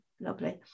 Lovely